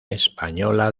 española